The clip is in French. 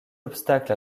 obstacle